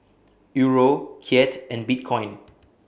Euro Kyat and Bitcoin